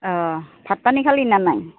অঁ ভাত পানী খালি নে নাই